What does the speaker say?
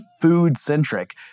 food-centric